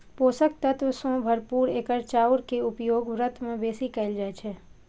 पोषक तत्व सं भरपूर एकर चाउर के उपयोग व्रत मे बेसी कैल जाइ छै